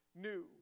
new